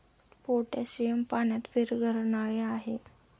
potassium पाण्यात विरघळणारे आहे